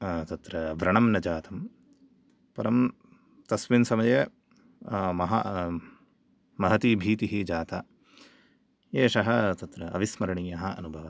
तत्र व्रणं न जातं परं तस्मिन् समये महा महती भीतिः जाता एषः तत्र अविस्मरणीयः अनुभवः